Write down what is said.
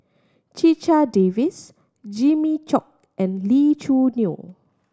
Checha Davies Jimmy Chok and Lee Choo Neo